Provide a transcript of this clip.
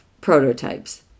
prototypes